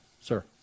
Sir